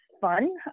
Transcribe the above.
Fun